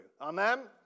Amen